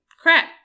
crap